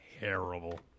terrible